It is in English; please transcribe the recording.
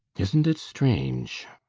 isn't it strange?